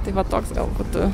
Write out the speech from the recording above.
tai va toks gal būtų